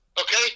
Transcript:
okay